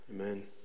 Amen